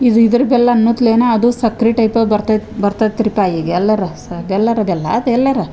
ಇದು ಇದರ ಬೆಲ್ಲ ಅನ್ನುತ್ಲೇನ ಅದು ಸಕ್ರೆ ಟೈಪೆ ಬರ್ತೈತೆ ಬರ್ತೈತ್ರಿಪ ಈಗ ಎಲ್ಲರ ಸ ಬೆಲ್ಲರ ಬೆಲ್ಲ ಬೆಲ್ಲರ